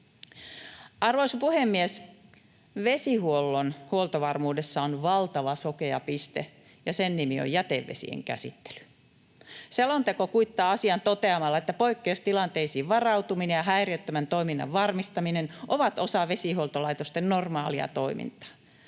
Arvoisa puhemies! Vesihuollon huoltovarmuudessa on valtava sokea piste, ja sen nimi on jätevesien käsittely. Selonteko kuittaa asian toteamalla, että poikkeustilanteisiin varautuminen ja häiriöttömän toiminnan varmistaminen ovat osa vesihuoltolaitosten normaalia toimintaa.